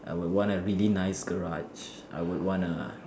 I would want a really nice garage I would want a